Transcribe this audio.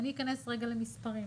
ואני אכנס רגע למספרים.